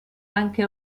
anche